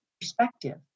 perspective